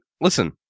listen